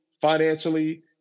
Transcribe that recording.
financially